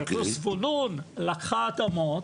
לקחה אדמות.